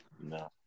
no